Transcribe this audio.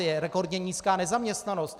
Je rekordně nízká nezaměstnanost.